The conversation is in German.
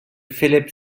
philipp